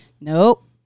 nope